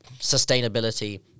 sustainability